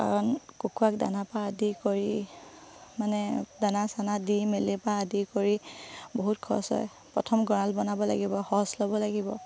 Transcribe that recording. কাৰণ কুকুৰাক দানাৰপৰা আদি কৰি মানে দানা চানা দি মেলাৰপৰা আদি কৰি বহুত খৰচ হয় প্ৰথম গঁৰাল বনাব লাগিব সঁচ ল'ব লাগিব